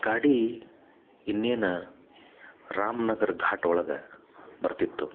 ಗಾಡಿ ಇನ್ನೇನು ರಾಮನಗರ ಘಾಟ್ ಒಳಗೆ ಬರ್ತಿತ್ತು